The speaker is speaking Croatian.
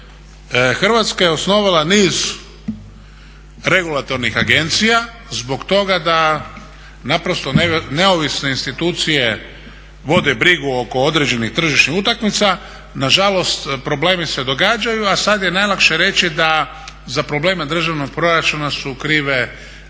Hrvatska je osnovala niz regulatornih agencija zbog toga da naprosto neovisne institucije vode brigu oko određenih tržišnih utakmica. Nažalost problemi se događaju, a sad je najlakše reći da za probleme državnog proračuna su krive regulatorne